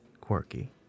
quirky